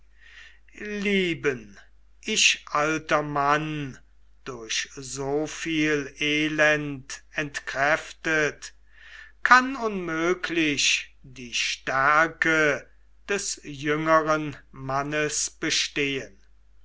lieben ich alter mann durch so viel elend entkräftet kann unmöglich die stärke des jüngeren mannes bestehen